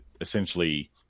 essentially